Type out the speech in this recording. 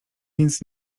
więc